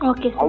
Okay